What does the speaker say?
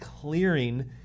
clearing